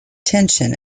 tension